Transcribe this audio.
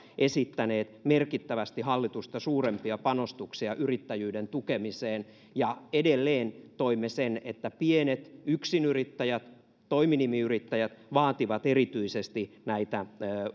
esittäneet merkittävästi hallitusta suurempia panostuksia yrittäjyyden tukemiseen ja edelleen toimme sen että pienet yritykset yksinyrittäjät toiminimiyrittäjät vaativat erityisesti näitä